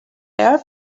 air